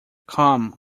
come